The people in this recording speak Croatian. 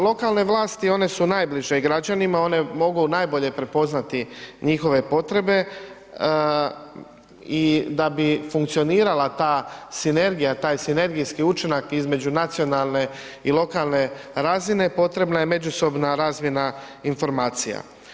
Lokalne vlasti, one su najbliže građanima, one mogu najbolje prepoznati njihove potrebe i da bi funkcionirala ta sinergija, taj sinergijski učinak između nacionalne i lokalne razine potrebna je međusobna razmjena informacija.